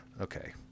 Okay